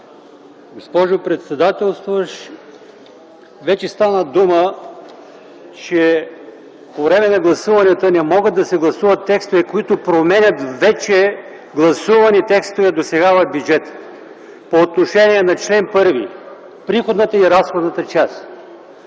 Госпожо председател, вече стана дума, че по време на гласуванията не могат да се гласуват текстове, които променят вече гласувани текстове досега в бюджета. По отношение на чл. 1 – приходната и разходната част,